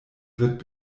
wird